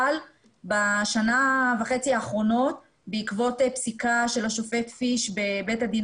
אבל בשנה וחצי האחרונות בעקבות פסיקה של השופט פיש בבית הדין